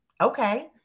Okay